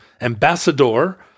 ambassador